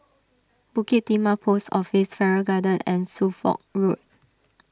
Bukit Timah Post Office Farrer Garden and Suffolk Road